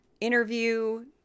interview